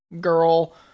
girl